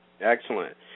Excellent